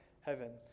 heaven